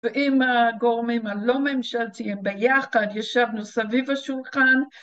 ועם הגורמים הלא ממשלתיים ביחד ישבנו סביב השולחן